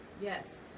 Yes